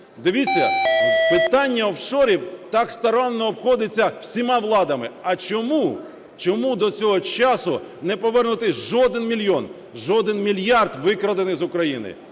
Дивіться, питання офшорів так старанно обходиться всіма владами. А чому? Чому до цього часу не повернутий жоден мільйон, жоден мільярд, викрадений з України?